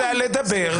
אני באמצע הדברים שלי.